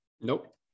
nope